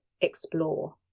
explore